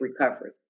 recovery